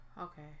Okay